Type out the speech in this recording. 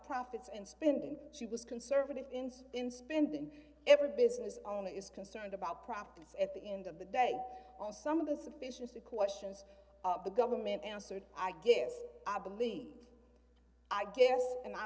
profits and spending she was conservative ins in spending every business on is concerned about profits at the end of the day on some of the sufficiency questions the government answered i guess i believe i guess and i